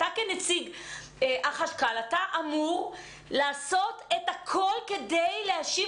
אתה כנציג החשב הכללי אמור לעשות הכול כדי להשיב